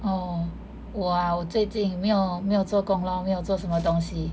orh 我 ah 我最近没有没有做工 lor 没有做什么东西